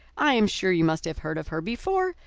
i am sure you must have heard of her before.